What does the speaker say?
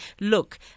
look